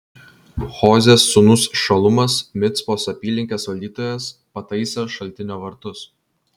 hozės sūnus šalumas micpos apylinkės valdytojas pataisė šaltinio vartus